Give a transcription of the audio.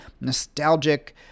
nostalgic